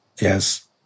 yes